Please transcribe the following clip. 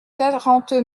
quarante